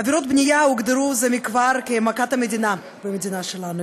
עבירות בנייה הוגדרו זה מכבר כמכת מדינה במדינה שלנו.